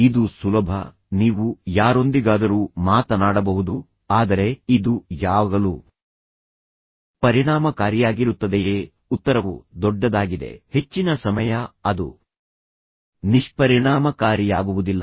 ಇದು ಸುಲಭ ನೀವು ಯಾರೊಂದಿಗಾದರೂ ಮಾತನಾಡಬಹುದು ಆದರೆ ಇದು ಯಾವಾಗಲೂ ಪರಿಣಾಮಕಾರಿಯಾಗಿರುತ್ತದೆಯೇ ಉತ್ತರವು ದೊಡ್ಡದಾಗಿದೆ ಹೆಚ್ಚಿನ ಸಮಯ ಅದು ನಿಷ್ಪರಿಣಾಮಕಾರಿಯಾಗುವುದಿಲ್ಲ